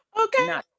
okay